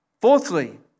Fourthly